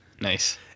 Nice